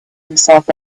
himself